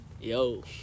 Yo